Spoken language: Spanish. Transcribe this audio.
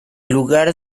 lugar